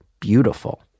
beautiful